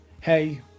hey